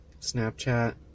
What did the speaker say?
Snapchat